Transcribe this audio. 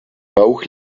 bauch